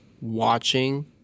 watching